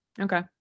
Okay